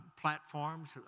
platforms